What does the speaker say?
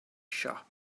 shop